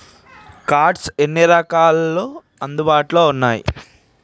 Cards ఎన్ని రకాలు అందుబాటులో ఉన్నయి?